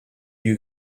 you